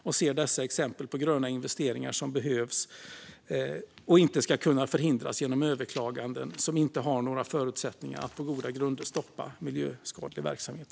Vi ser dessa exempel på gröna investeringar som behövs och som inte ska kunna förhindras genom överklaganden som inte har några förutsättningar att på goda grunder stoppa miljöskadlig verksamhet.